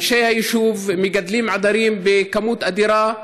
אנשי היישוב מגדלים עדרים בכמות אדירה.